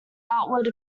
outward